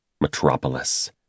Metropolis